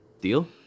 deal